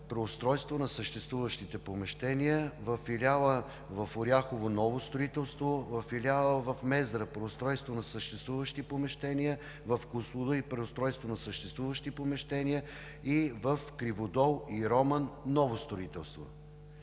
преустройство на съществуващите помещения, във филиала в Оряхово – ново строителство, във филиала в Мездра – преустройство на съществуващите помещения, в Козлодуй – преустройство на съществуващите помещения, и в Криводол и Роман – ново строителство.